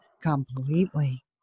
completely